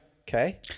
Okay